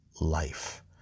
life